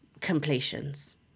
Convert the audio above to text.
completions